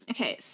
Okay